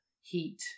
heat